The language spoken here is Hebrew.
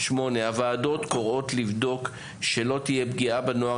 הוועדות קוראות לבדוק שלא תהיה פגיעה בנוער